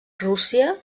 rússia